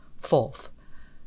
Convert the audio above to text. Fourth